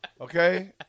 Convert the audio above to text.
okay